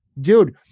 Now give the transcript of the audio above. Dude